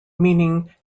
meaning